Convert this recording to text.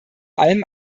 allem